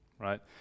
right